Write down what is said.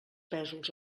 pèsols